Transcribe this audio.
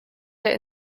der